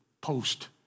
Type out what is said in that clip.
post